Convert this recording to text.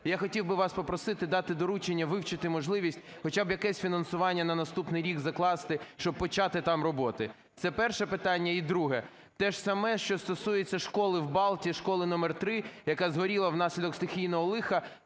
я хотів би вас попросити дати доручення вивчити можливість хоча б якесь фінансування на наступний рік закласти, щоб почати там роботи – це перше питання. І друге - теж саме, що стосується школи в Балті, школи №3, яка згоріла внаслідок стихійного лиха.